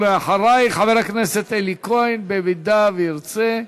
ולאחרייך, חבר הכנסת אלי כהן, במידה שירצה.